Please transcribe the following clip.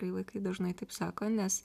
kai vaikai dažnai taip sako nes